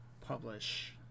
publish